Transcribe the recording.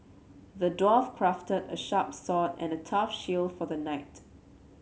the dwarf crafted a sharp sword and a tough shield for the knight